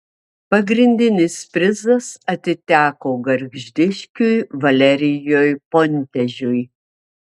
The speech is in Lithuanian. pagrindinis prizas atiteko gargždiškiui valerijui pontežiui